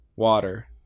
water